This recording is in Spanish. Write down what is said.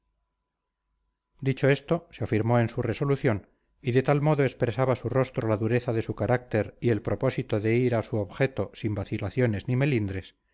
arrumbado dicho esto se afirmó en su resolución y de tal modo expresaba su rostro la dureza de su carácter y el propósito de ir a su objeto sin vacilaciones ni melindres